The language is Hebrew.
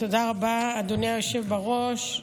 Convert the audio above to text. תודה רבה, אדוני היושב בראש.